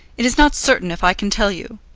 it is not certain if i can tell you.